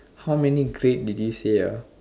how many great did you say ah